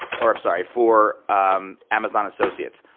or i'm sorry, for amazon associates.